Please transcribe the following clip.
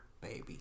baby